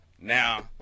now